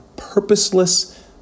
purposeless